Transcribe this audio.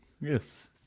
Yes